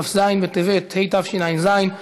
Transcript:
כ"ז בטבת התשע"ז,